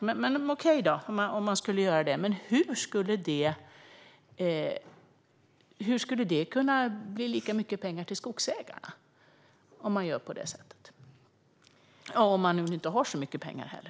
Men, okej då, om man skulle göra på det sättet, hur skulle det kunna bli lika mycket pengar till skogsägarna - om man inte har särskilt mycket pengar heller?